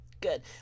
Good